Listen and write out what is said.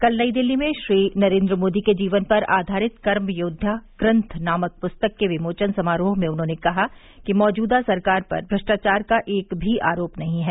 कल नई दिल्ली में श्री नरेन्द्र मोदी के जीवन पर आधारित कर्म योद्वा ग्रंथ नामक पुस्तक के विमोचन समारोह में उन्होंने कहा कि मैजूदा सरकार पर भ्रष्टाचार का एक भी आरोप नहीं है